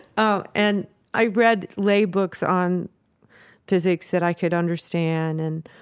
um and i read lay books on physics that i could understand. and,